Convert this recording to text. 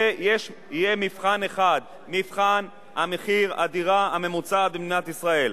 ויהיה מבחן אחד: מבחן מחיר הדירה הממוצע במדינת ישראל,